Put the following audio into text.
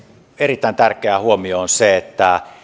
erittäin tärkeä huomio on se